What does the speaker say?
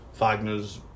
Fagner's